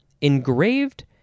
engraved